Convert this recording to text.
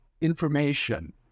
information